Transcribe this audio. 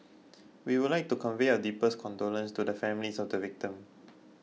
we would like to convey our deepest condolence to the families of the victim